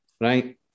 right